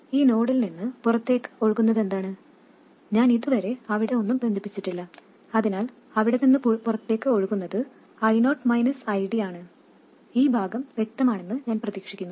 ഈ നോഡിൽ നിന്ന് പുറത്തേക്ക് ഒഴുകുന്നതെന്താണ് ഞാൻ ഇതുവരെ അവിടെ ഒന്നും ബന്ധിപ്പിച്ചിട്ടില്ല അതിനാൽ അവിടെ നിന്ന് പുറത്തേക്ക് ഒഴുകുന്നത് I0 ID ആണ് ഈ ഭാഗം വ്യക്തമാണെന്ന് ഞാൻ പ്രതീക്ഷിക്കുന്നു